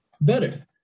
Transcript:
better